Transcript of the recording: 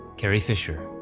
carrie fisher,